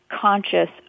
conscious